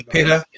Peter